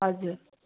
हजुर